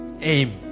aim